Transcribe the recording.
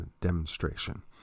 demonstration